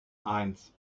eins